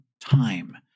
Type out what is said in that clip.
time